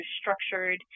structured